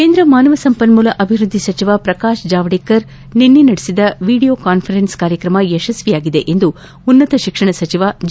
ಕೇಂದ್ರ ಮಾನವ ಸಂಪನ್ಮೂಲ ಅಭಿವೃದ್ಧಿ ಸಚಿವ ಪ್ರಕಾಶ್ ಜಾವ್ಡೆಕರ್ ನಿನ್ನೆ ನಡೆಸಿದ ವಿಡಿಯೋ ಕಾನ್ಫರೆನ್ಸ್ ಕಾರ್ಯಕ್ರಮ ಯಶಸ್ವಿಯಾಗಿದೆ ಎಂದು ಉನ್ನತ ಶಿಕ್ಷಣ ಸಚವ ಜಿ